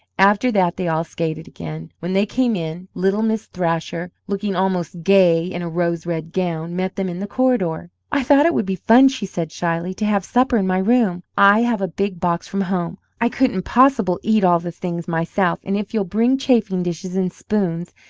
after that they all skated again. when they came in, little miss thrasher, looking almost gay in a rose-red gown, met them in the corridor. i thought it would be fun, she said, shyly, to have supper in my room. i have a big box from home. i couldn't possible eat all the things myself, and if you'll bring chafing-dishes and spoons,